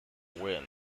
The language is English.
win